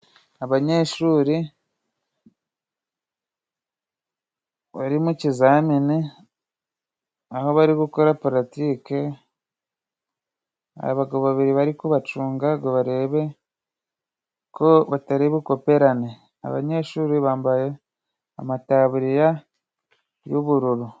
Abanyeshuri bari mu kizamini aho bari gukora paratike ,abagabo babiri bari kubacunga ngo barebe ko batari bukoperane ,abanyeshuri bambaye amataburiya y'ubururu.